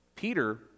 Peter